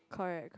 correct correct